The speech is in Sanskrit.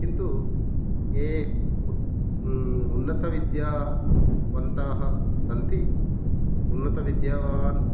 किन्तु ये उ उन् उन्नतविद्यावन्तः सन्ति उन्नतविद्यावान्